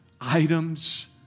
items